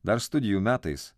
dar studijų metais